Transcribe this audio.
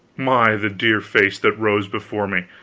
my, the dear face that rose before me!